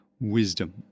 wisdom